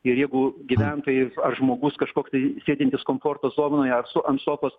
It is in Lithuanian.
ir jeigu gyventojai ar ar žmogus kažkoks tai sėdintis komforto zonoje ar su ant sofos